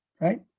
right